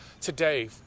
today